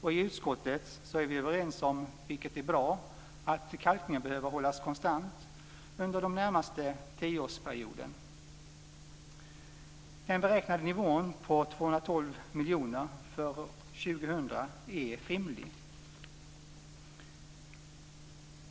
I utskottet är vi överens om, vilket är bra, att kalkningen behöver hållas konstant under den närmaste tioårsperioden. Den beräknade nivån på 212 miljoner för år 2000 är rimlig.